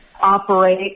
operate